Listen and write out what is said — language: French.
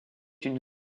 une